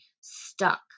stuck